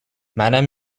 منم